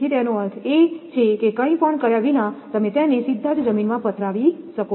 તેથી તેનો અર્થ એ છે કે કંઈપણ કર્યા વિના તમે તેને સીધા જ જમીનમાં પથરાવી શકો છો